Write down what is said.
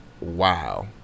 wow